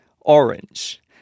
orange